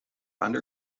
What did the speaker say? under